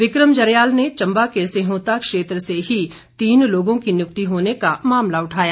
विक्रम जरयाल ने चम्बा के सिंहुता क्षेत्र से ही तीन लोगों की नियुक्ति होने का मामला उठाया